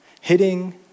hitting